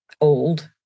Old